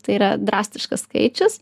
tai yra drastiškas skaičius